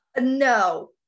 No